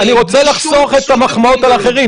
אני רוצה לחסוך את המחמאות על אחרים.